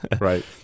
right